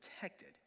protected